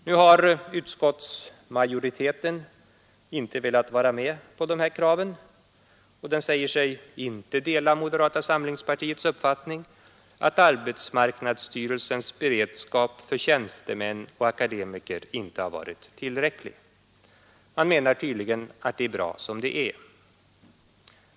Nu har utskottsmajoriteten inte velat vara med på dessa krav, och den säger sig inte dela moderata samlingspartiets uppfattning att arbetsmarknadsstyrelsens beredskap för tjänstemän och akademiker inte har varit tillräcklig. Man menar tydligen att det är bra som det är.